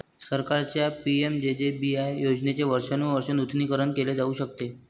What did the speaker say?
सरकारच्या पि.एम.जे.जे.बी.वाय योजनेचे वर्षानुवर्षे नूतनीकरण केले जाऊ शकते